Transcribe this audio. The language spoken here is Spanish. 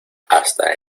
hasta